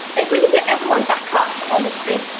if we could get everyone back up on the screen.